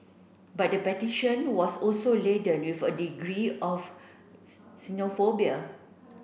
but the petition was also laden with a degree of xenophobia